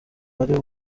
wari